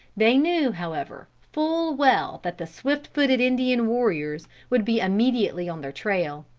they knew, however, full well that the swift-footed indian warriors would be immediately on their trail.